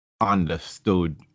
understood